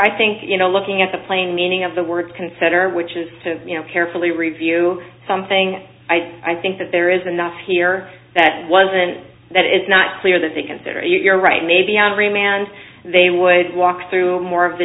i think you know looking at the plain meaning of the word consider which is you know carefully review something i think that there is enough here that it wasn't that it's not clear that they consider you're right maybe on remand they would walk through more of the